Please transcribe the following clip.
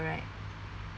correct